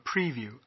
preview